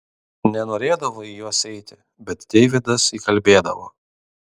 nenorėdavo į juos eiti bet deividas įkalbėdavo